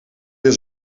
weer